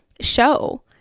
show